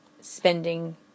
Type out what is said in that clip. spending